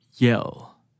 Yell